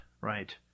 right